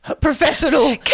professional